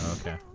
Okay